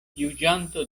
juĝanto